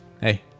Hey